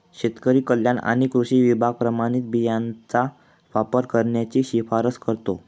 शेतकरी कल्याण आणि कृषी विभाग प्रमाणित बियाणांचा वापर करण्याची शिफारस करतो